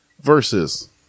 versus